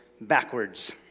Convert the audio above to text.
backwards